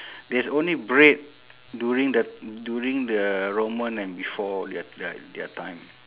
there's only bread during the during the roman and before their their their time